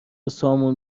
سامون